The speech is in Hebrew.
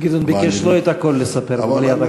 גדעון ביקש לא את הכול לספר, אדוני.